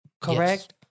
Correct